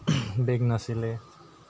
বেগ নাছিলে